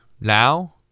Now